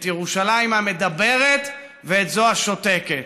את ירושלים המדברת ואת זו השותקת,